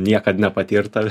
niekad nepatirta